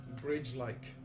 bridge-like